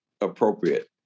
appropriate